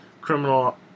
criminal